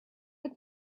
but